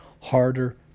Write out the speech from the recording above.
harder